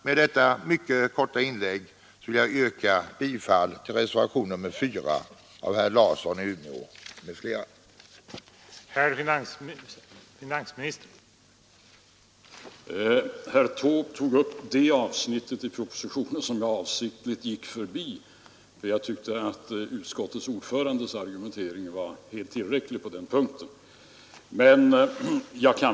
Med detta mycket korta inlägg vill jag yrka bifall till reservationen 4 av herr Larsson i Umeå m.fl.